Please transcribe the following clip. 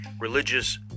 religious